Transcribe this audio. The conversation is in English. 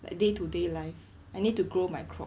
like day to day life I need to grow my crop